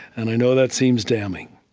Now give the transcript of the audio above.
and i know that seems damning,